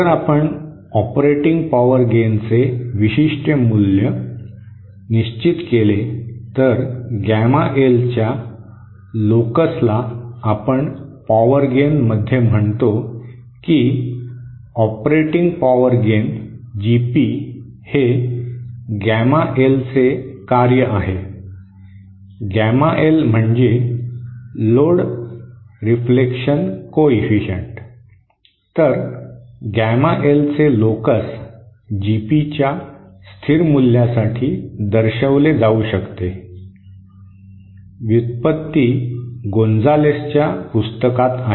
जर आपण operating power गेनचे विशिष्ट मूल्य निश्चित केले तर गॅमा एल च्या लोकसला आपण पॉवर गेन मध्ये म्हणतो की ऑपरेटिंग पॉवर गेन जीपी हे गॅमा एल चे कार्य आहे गॅमा एल म्हणजे लोड प्रतिबिंब गुणांक तर गॅमा एलचे लोकस जीपी च्या स्थिर मुल्यासाठी दर्शविले जाऊ शकते व्युत्पत्ती गोंजालेसच्या पुस्तकात आहे